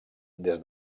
des